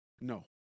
No